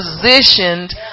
positioned